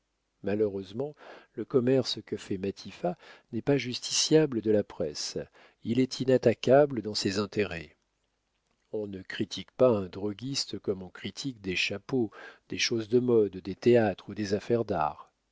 malheureusement le commerce que fait matifat n'est pas justiciable de la presse il est inattaquable dans ses intérêts on ne critique pas un droguiste comme on critique des chapeaux des choses de mode des théâtres ou des affaires d'art